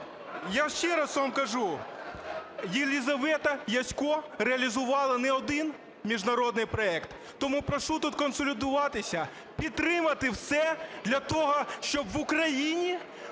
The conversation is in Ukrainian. Я ще раз вам кажу, Єлизавета Ясько реалізувала не один міжнародний проект. Тому прошу тут консолідуватися, підтримати все для того, щоб в Україні